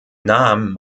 nahm